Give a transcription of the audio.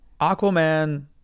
Aquaman